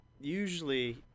usually